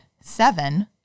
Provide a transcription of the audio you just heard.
seven